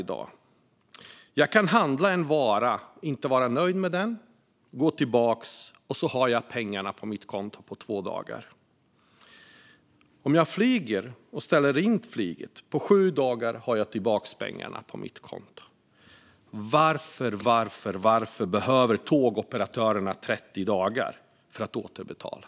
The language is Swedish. Om jag lämnar tillbaka en vara jag köpt och är missnöjd med kan jag få pengarna tillbaka på mitt konto inom två dagar. Om jag drabbas av ett inställt flyg kan jag få tillbaka pengarna inom sju dagar. Varför behöver då tågoperatörerna 30 dagar för att återbetala?